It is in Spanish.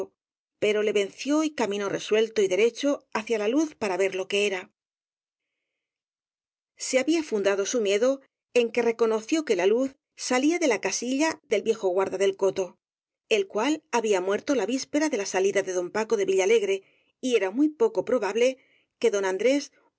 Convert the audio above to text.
pero le ven ció y caminó resuelto y derecho hacia la luz para ver lo que era se había fundado su miedo en que reconoció que la luz salía de la casilla dél viejo guarda del coto el cual había muerto la víspera de la salida de don paco de villalegre y era muy poco probable que don andrés